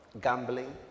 gambling